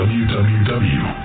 www